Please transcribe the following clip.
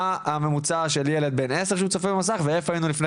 מה הממוצע של ילד בן עשר שצופה במסך ואיפה היינו לפני